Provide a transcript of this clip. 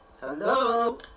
Hello